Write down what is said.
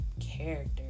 character